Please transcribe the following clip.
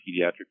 pediatric